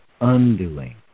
undoing